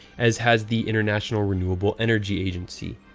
as has the international renewable energy agency.